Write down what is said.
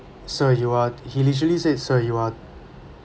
sir you are he literally said sir you are